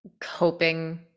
coping